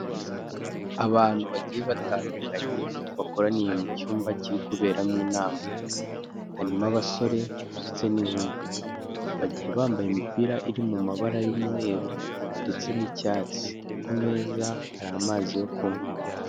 Abantu bagiye batandukanye bakoraniye mu cyumba kiri kuberamo inama, harimo abasore ndetse n'inkumi. Bagiye bambaye imipira iri mu mabara y'umweru ndetse n'icyatsi. Ku meza hari amazi yo kunywa.